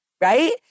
right